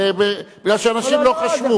זה מפני שאנשים לא חשבו.